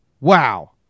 Wow